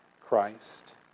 Christ